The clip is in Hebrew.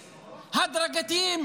הדרגתיים,